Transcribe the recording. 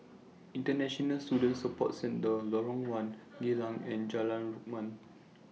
International Student Support Centre Lorong one Geylang and Jalan Rukam